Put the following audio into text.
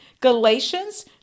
Galatians